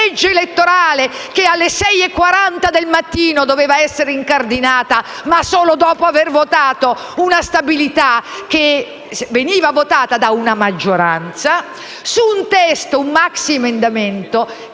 legge elettorale che alle 6,40 del mattino doveva essere incardinata, ma solo dopo avere votato una legge di stabilità che veniva approvata da una maggioranza con la fiducia su un testo, un maxiemendamento,